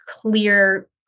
clear